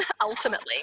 ultimately